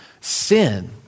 sin